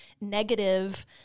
negative